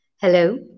Hello